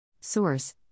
Source